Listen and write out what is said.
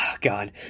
God